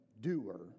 doer